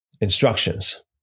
instructions